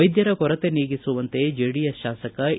ವೈದ್ದರ ಕೊರತೆ ನೀಗಿಸುವಂತೆ ಜೆಡಿಎಸ್ ಶಾಸಕ ಎ